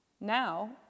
Now